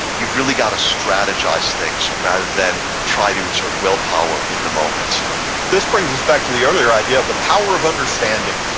you've really got to strategize things, rather than try to exert willpower in the moment this brings us back to the earlier idea of the power of understanding.